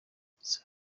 safi